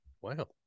Wow